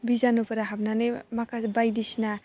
बिजानुफ्रोरा हाबनानै माखासे बायदिसिना